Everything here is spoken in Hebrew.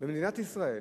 במדינת ישראל